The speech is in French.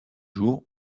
jour